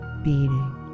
beating